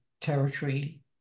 territory